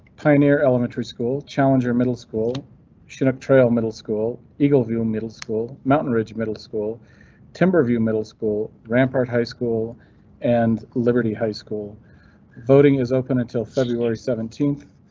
pioneer elementary school challenger middle school chinook trail middle school, eagle view middle school mountain ridge middle school timberview middle school rampart high school and liberty high school voting is open until february seventeenth,